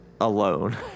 alone